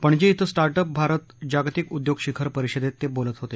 पणजी इथं स्टार्टअप भारत जागतिक उद्योग शिखर परिषदेत ते बोलत होते